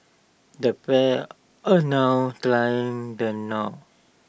the pair are now tying the knot